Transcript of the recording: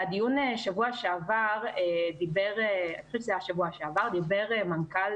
בדיון בשבוע שעבר דיבר אני חושבת שזה היה בשבוע שעבר דיבר מנכ"ל